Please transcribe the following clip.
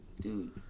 Dude